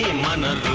munna